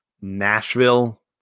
Nashville